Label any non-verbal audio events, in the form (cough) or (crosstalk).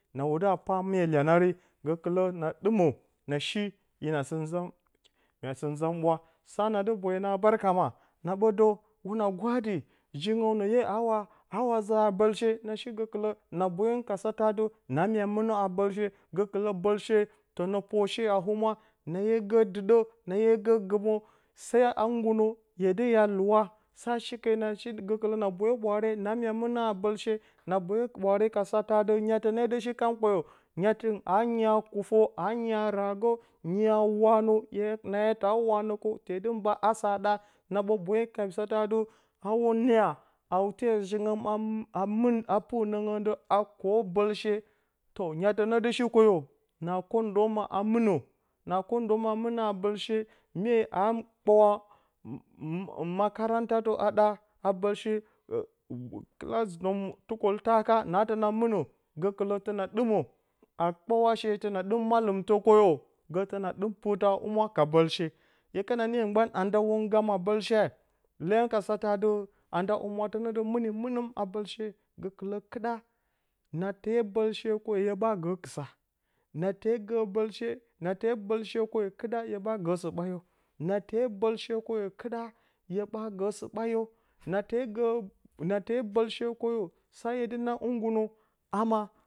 Na wuda pa mye iyanare, gəkɨlə na ɗɨmə, na shi hina sɨ nza a, mw mya sɨ nza mwa saa nadɨ boyo na barak ma na ɓə də hwuna gwaadi, jingəwnə, hye, aa wa, zə haa, bə she, na shi gəkɨlə, na bəyi rataurnn ka sata, ati na mya mɨ nə haa bəlshe, gəkɨlə bəlshe tənə pwo she a humwa, na yo gə dɨɗə, na hye gə gɨmə, sa a nə gi adɨ hɨngu nə hye te dɨ ya lɨwa, sa shi ke nə na shi. Gakɨlə na boyo, ɓwaare, na mya mɨnə haa bəlshe, na boye ɓwaare, gə ka satə adɨ nyatə ne dɨshi kwoyo nyatɨngɨn aa nyaa kufə, aa nyaa raagə nyaa waanə, na hye ta waanə kaw, hye te dɨ mba asə a ɗaa, na bə boyu ka satə adɨ, aa hwun niya haute ji ngəm a piirə də, a kwo ɓəllshe tə, nyatə ne dɨ shi kam kwoyo, na kwondo maa a mɨnə haa bəlshe, mye aa mɨnə, a kpaawa makaranta a ɗaa a bəlshe (hesitation) kɨɨ class bəl tukoltaka naa təa mɨnə gəkɨlə təna mɨnə a kpaawa she gəkɨlə təna ɗɨm malemtə kwoyo gə təa ɗɨm pɨrtə a humwa ka bal she, hye kana niyo gban na nda hwun gama bəlshea lee yom ka satə adɨ na nda humwatə nə də mɨni mɨnəm a bəlshe, gəkɨlə kɨɗa nate bəlshe kwoyo, hye ɓaa gə kɨsa. Nate gə bəlshe, nate bəlshe kwoye kɨɗa, hye ɓa gəsə ɓaayo, nate, (unintelligible) nate bəlshe kwoyo sa hye dɨ nan hɨngu nə a maa.